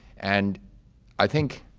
and i think,